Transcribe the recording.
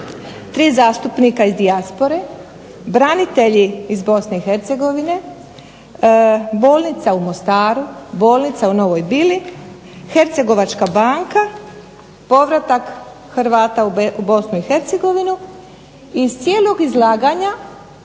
3 zastupnika iz dijaspore, branitelji iz Bosne i Hercegovine, bolnica u Mostaru, bolnica u Novoj Bili, Hercegovačka banka, povratak Hrvata u BiH, iz cijelog izlaganja